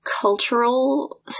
cultural